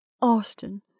Austin